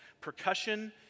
Percussion